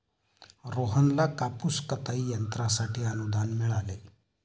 रोहनला कापूस कताई यंत्रासाठी अनुदान मिळाले